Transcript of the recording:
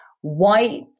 white